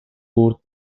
برد